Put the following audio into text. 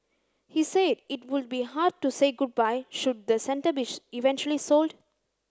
he said it would be hard to say goodbye should the centre be eventually sold